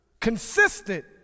consistent